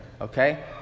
Okay